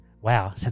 Wow